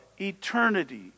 eternity